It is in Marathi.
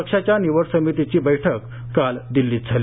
पक्षाच्या निवडसमितीची बैठक काल दिल्लीत झाली